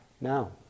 now